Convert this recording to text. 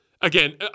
again